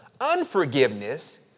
unforgiveness